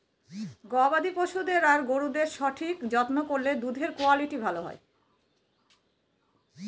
গবাদি পশুদের আর গরুদের সঠিক যত্ন করলে দুধের কুয়ালিটি ভালো হয়